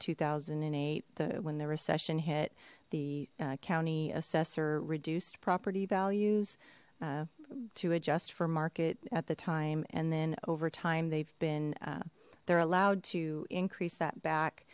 two thousand and eight when the recession hit the county assessor reduced property values to adjust for market at the time and then over time they've been they're allowed to increase that back